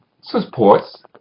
supports